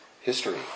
history